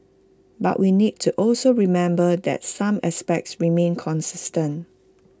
but we need to also remember that some aspects remain consistent